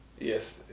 Yes